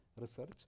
research